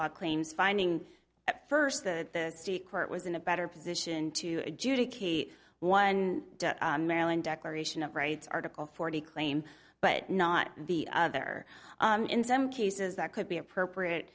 law claims finding at first the secret was in a better position to adjudicate one maryland declaration of rights article forty claim but not the other in some cases that could be appropriate